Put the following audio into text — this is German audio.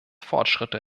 fortschritte